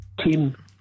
team